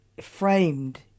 framed